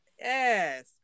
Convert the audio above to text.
Yes